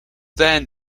then